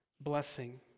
blessing